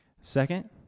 Second